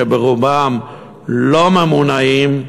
שרובם לא ממונעים,